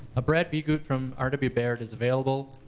ah brad viegut from r w. baird is available.